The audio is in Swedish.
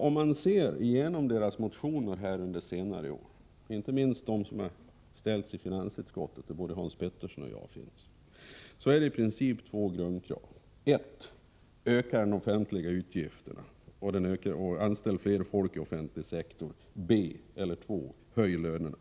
Om man ser igenom deras motioner under senare år — inte minst de som behandlats i finansutskottet, där både Hans Petersson och jag ingår — finner man i princip två grundkrav: 1. Öka de offentliga utgifterna och anställ fler i offentlig sektor. 2. Höj lönerna.